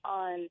on